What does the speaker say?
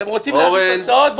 אתם רוצים להשיג תוצאות?